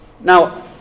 Now